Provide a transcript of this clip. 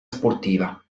sportiva